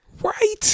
Right